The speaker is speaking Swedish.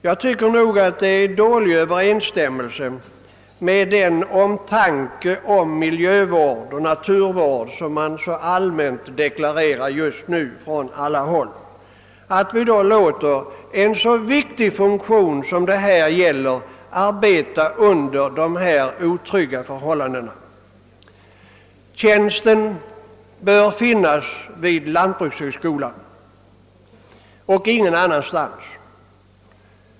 Jag tycker att det råder dålig överensstämmelse mellan den omtanke om miljöoch naturvården som man så allmänt och från alla håll nu talar om och det förhållandet att viktiga funktioner får utövas under så otrygga förhållanden som fallet är. Denna tjänst som statsagronom bör finnas vid lantbrukshögskolan och ingen annanstans.